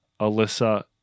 Alyssa